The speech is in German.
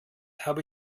habe